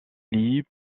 lit